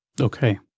Okay